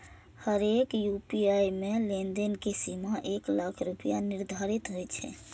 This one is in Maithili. हरेक यू.पी.आई मे लेनदेन के सीमा एक लाख रुपैया निर्धारित होइ छै